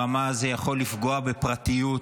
הדבר הזה יכול לפגוע בפרטיות,